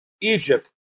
Egypt